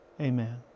Amen